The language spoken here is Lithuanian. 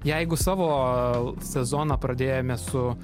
jeigu savo sezoną pradėjome su